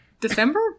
December